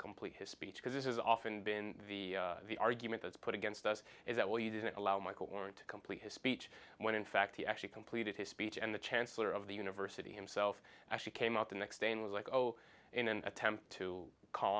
complete his speech because it has often been the the argument that's put against us is that well you didn't allow michael oren to complete his speech when in fact he actually completed his speech and the chancellor of the university himself actually came out the next day and was like oh in an attempt to cal